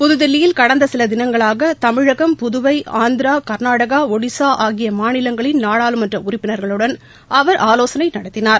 புதுதில்லியில் கடந்தசிலதினங்களாகதமிழகம் புதுவை ஆந்திரா கா்நாடக ஒடிஸாஆகியமாநிலங்களின் நாடாளுமன்றஉறுப்பினர்களுடன் அவர் ஆலோசனைநடத்தினார்